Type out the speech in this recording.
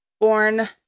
Born